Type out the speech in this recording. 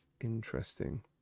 Interesting